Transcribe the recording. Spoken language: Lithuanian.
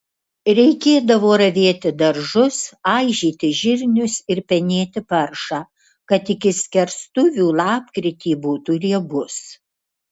reikėdavo ravėti daržus aižyti žirnius ir penėti paršą kad iki skerstuvių lapkritį būtų riebus